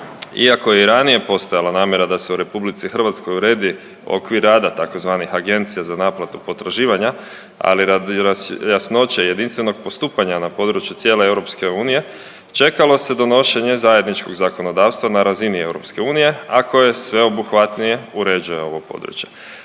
Iako je i ranije postojala namjera da se u Republici Hrvatskoj uredi okvir rada tzv. Agencija za naplatu potraživanja, ali i radi jasnoće jedinstvenog postupanja na području cijele EU čekalo se donošenje zajedničkog zakonodavstva na razini EU a koje sveobuhvatnije uređuje ovo područje.